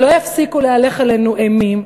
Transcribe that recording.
ולא יפסיקו להלך עלינו אימים,